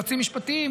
יועצים משפטיים,